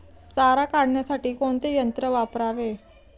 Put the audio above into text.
सारा काढण्यासाठी कोणते यंत्र वापरावे?